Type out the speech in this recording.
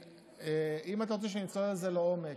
אם אתה רוצה שנצלול בזה לעומק,